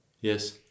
Yes